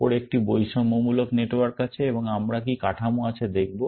উপরে একটি বৈষম্যমূলক নেটওয়ার্ক আছে এবং আমরা কি কাঠামো আছে দেখব